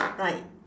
right